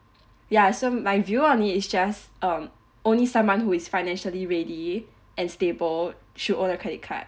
ya so my view on it is just um only someone who is financially ready and stable should own a credit card